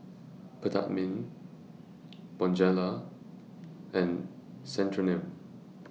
Peptamen Bonjela and Centrum